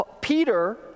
Peter